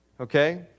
okay